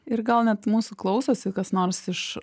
ir gal net mūsų klausosi kas nors iš